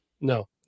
No